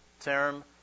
term